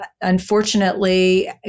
unfortunately